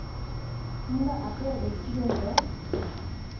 ᱤᱧ ᱫᱚ ᱟᱯᱮᱭᱟᱜ ᱨᱮᱥᱴᱩᱨᱮᱱᱴ ᱨᱮ